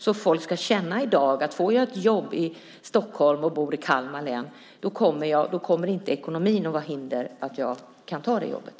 Då får folk känna i dag att om man får ett jobb i Stockholm och bor i Kalmar län kommer inte ekonomin att vara ett hinder för att ta det jobbet.